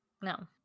No